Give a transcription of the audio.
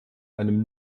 einem